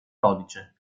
codice